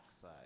side